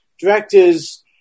Directors